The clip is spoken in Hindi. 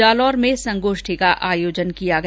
जालौर में संगोष्ठी का आयोजन किया गया